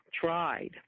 tried